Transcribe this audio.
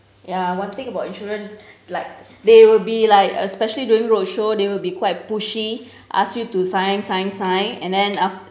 ya one thing about insurance like they will be like especially during roadshow they will be quite pushy ask you to sign sign sign and then af~